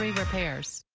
repairs.